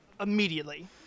immediately